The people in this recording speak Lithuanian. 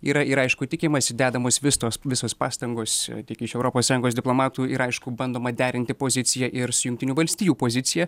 yra ir aišku tikimasi dedamos vis tos visos pastangos tiek iš europos sąjungos diplomatų ir aišku bandoma derinti pozicija ir su jungtinių valstijų pozicija